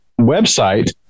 website